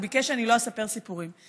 הוא ביקש שלא אספר סיפורים,